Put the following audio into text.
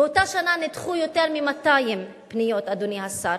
באותה שנה נדחו יותר מ-200 פניות, אדוני השר.